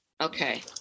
okay